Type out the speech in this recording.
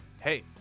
hey